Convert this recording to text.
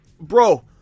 bro